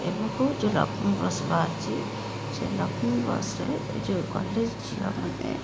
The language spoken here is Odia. ଏବକୁ ଯେଉଁ ଲକ୍ଷ୍ମୀ ବସ ବାହାରିଛି ସେଇ ଲକ୍ଷ୍ମୀ ବସରେ ଯେଉଁ କଲେଜ ଝିଅମାନେ